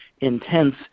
intense